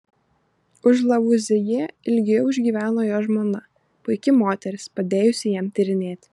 už lavuazjė ilgiau išgyveno jo žmona puiki moteris padėjusi jam tyrinėti